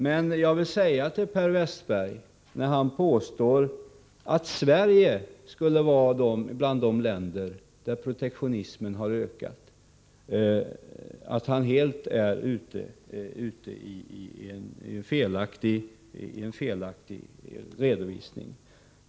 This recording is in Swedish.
Men jag vill säga till Per Westerberg, när han påstår att Sverige skulle vara bland de länder där protektionismen har ökat, att han ger en helt felaktig redovisning.